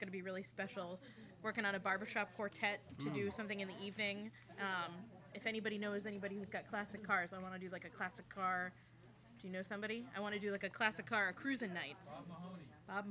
going to be really special working on a barbershop quartet to do something in the evening if anybody knows anybody who's got classic cars i want to do like a classic car you know somebody i want to do like a classic car cruising night oh bob